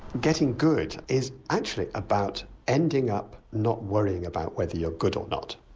getting good is actually about ending up not worrying about whether you're good or not.